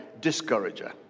discourager